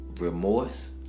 Remorse